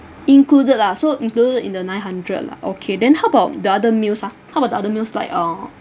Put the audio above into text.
included ah so included in the nine hundred lah okay then how about the other meals ah how about the other meals like uh